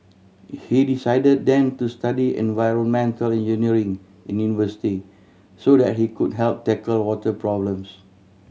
he decided then to study environmental engineering in university so that he could help tackle water problems